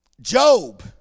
Job